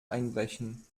einbrechen